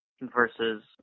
versus